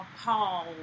appalled